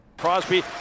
Crosby